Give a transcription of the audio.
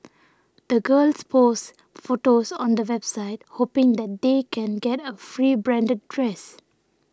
the girls posts photos on a website hoping that they can get a free branded dress